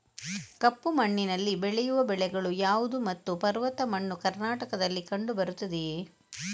ಕಪ್ಪು ಮಣ್ಣಿನಲ್ಲಿ ಬೆಳೆಯುವ ಬೆಳೆಗಳು ಯಾವುದು ಮತ್ತು ಪರ್ವತ ಮಣ್ಣು ಕರ್ನಾಟಕದಲ್ಲಿ ಕಂಡುಬರುತ್ತದೆಯೇ?